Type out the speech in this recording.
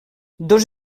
dos